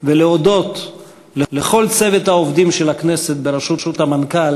ולהודות לכל צוות העובדים של הכנסת בראשות המנכ"ל